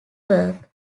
work